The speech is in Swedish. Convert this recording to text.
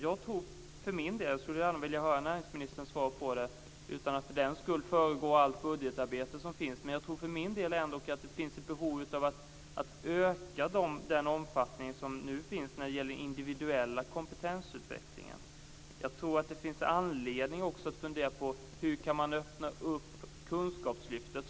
Jag tror för min del, och jag skulle gärna vilja höra näringsministerns svar på det utan att för den skull föregå allt budgetarbete, att det finns ett behov av att öka omfattningen av den individuella kompetensutveckling som nu finns. Jag tror också att det finns anledning att fundera på hur man kan öppna upp Kunskapslyftet.